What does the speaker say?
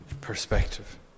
perspective